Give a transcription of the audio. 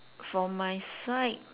from my side